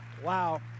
Wow